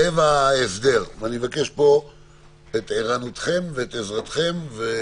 אני מבקש פה את ערנותכם ואת עזרתכם.